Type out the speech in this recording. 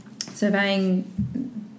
surveying